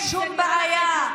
את לא פותרת שום בעיה.